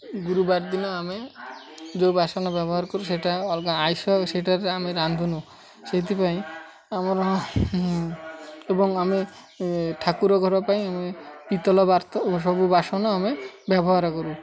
ଗୁରୁବାର ଦିନ ଆମେ ଯେଉଁ ବାସନ ବ୍ୟବହାର କରୁ ସେଇଟା ଅଲଗା ଆଇଁଷ ସେଇଟାରେ ଆମେ ରାନ୍ଧୁନୁ ସେଇଥିପାଇଁ ଆମର ଏବଂ ଆମେ ଠାକୁର ଘର ପାଇଁ ଆମେ ପିତଳ ସବୁ ବାସନ ଆମେ ବ୍ୟବହାର କରୁ